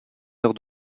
heure